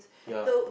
ya